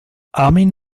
armin